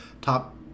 top